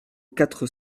quatre